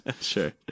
Sure